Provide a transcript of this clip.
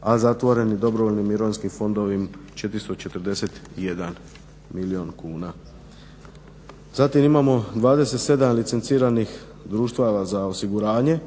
a zatvoreni dobrovoljni mirovinski fondovi 441 milijun kuna. Zatim imamo 27 licenciranih društava za osiguranje,